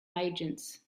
agents